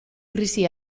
krisi